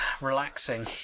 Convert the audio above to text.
relaxing